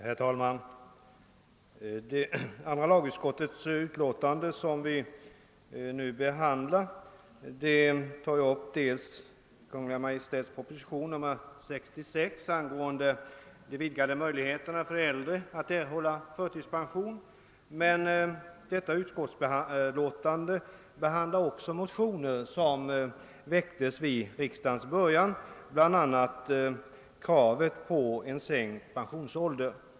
Herr talman! Det utlåtande från andra lagutskottet som vi nu behandlar tar upp dels Kungl. Maj:ts proposition nr 66 angående vidgade möjligheter för äldre att erhålla förtidspension, dels också motioner som väckts vid riksdagens början, bl.a. med krav på sänkt pensionsålder.